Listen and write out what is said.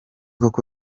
koko